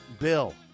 bill